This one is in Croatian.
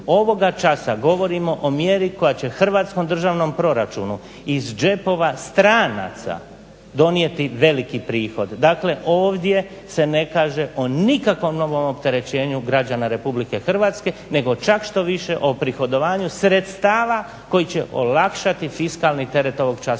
Ovoga časa govorimo o mjeri koja će hrvatskom državnom proračunu iz džepova stranaca donijeti veliki prihod. Dakle ovdje se ne kaže o nikakvom novom opterećenju građana Republike Hrvatske nego čak štoviše, o prihodovanju sredstava koji će olakšati fiskalni teret ovog časa na